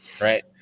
right